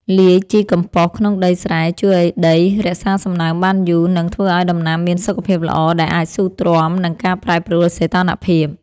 លាយជីកំប៉ុសក្នុងដីស្រែជួយឱ្យដីរក្សាសំណើមបានយូរ និង ធ្វើឱ្យដំណាំមានសុខភាពល្អដែលអាចស៊ូទ្រាំនឹងការប្រែប្រួលសីតុណ្ហភាព។